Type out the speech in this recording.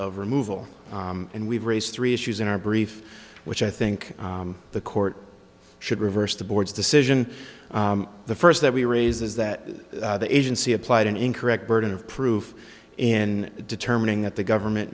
of removal and we've raised three issues in our brief which i think the court should reverse the board's decision the first that we raise is that the agency applied an incorrect burden of proof in determining that the government